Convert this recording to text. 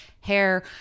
hair